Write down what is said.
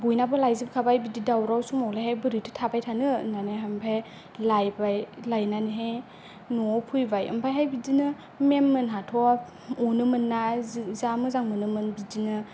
बयनाबो लायजोबखाबाय बिदि दावराव समावलाय बोरैथो थाबाय थानो होन्नानै ओमफाय लायबाय लायनानैहाय न'आव फैबाय ओमफायहाय बिदिनो मेम मोनहाथ' अनोमोन ना जि जा मोजां मोनोमोनना बिदिनो